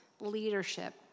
leadership